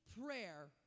prayer